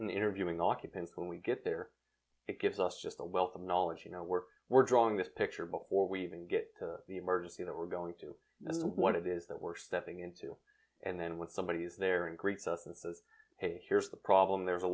interviewing the occupants when we get there it gives us just a wealth of knowledge you know we're we're drawing this picture before we even get to the emergency that we're going to what it is that we're stepping into and then with somebody is there and greets us and says here's the problem there